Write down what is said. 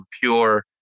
pure